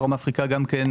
דרום אפריקה גם כן.